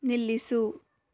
ನಿಲ್ಲಿಸು